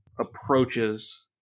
approaches